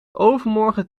overmorgen